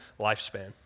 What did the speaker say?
lifespan